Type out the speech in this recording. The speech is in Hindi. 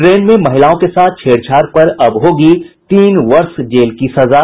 ट्रेन में महिलाओं के साथ छेड़छाड़ पर अब होगी तीन वर्ष जेल की सजा